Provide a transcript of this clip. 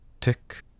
tick